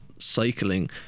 cycling